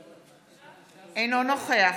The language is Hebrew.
מצביע חיים כץ, אינו נוכח